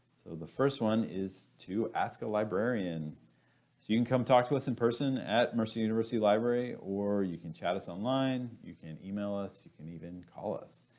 so the first one is to ask a librarian, so you can come talk to us in person at mercer university library or you can chat us online, you can email us, you can even call us,